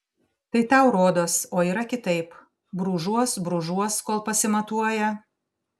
tai tau rodos o yra kitaip brūžuos brūžuos kol pasimatuoja